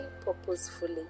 purposefully